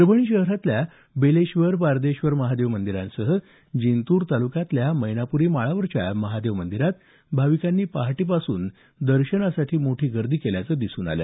परभणी शहरातल्या बेलेश्वर पारदेश्वर महादेव मंदिरांसह जिंतूर तालुक्यातल्या मैनाप्री माळावरील महादेव मंदिरात भाविकांनी पहाटेपासूनच दर्शनासाठी मोठी गर्दी केल्याचं दिसून आलं